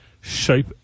shape